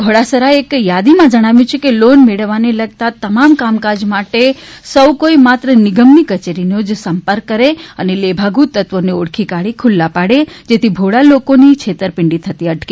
ઘોડાસરાએ એક થાદીમાં જણાવ્યુ છે કે લોન મેળવવાને લગતા તમામ કામકાજ માટે સૌ કોઈ માત્ર નિગમની કચેરીનો જ સંપર્ક કરે અને લેભાગુ તત્વોને ઓળખી કાઢી ખુલ્લા પાડે જેથી ભોળા લોકોની છેતરપિંડી થતી અટકે